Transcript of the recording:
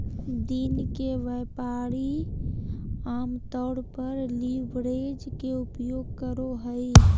दिन के व्यापारी आमतौर पर लीवरेज के उपयोग करो हइ